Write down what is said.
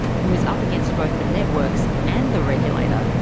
who is up against both the networks and the regulator,